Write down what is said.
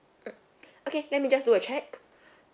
okay let me just do a check